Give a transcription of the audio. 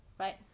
right